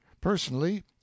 personally